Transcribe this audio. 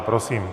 Prosím.